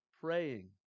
praying